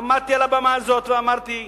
עמדתי על הבמה הזאת ואמרתי: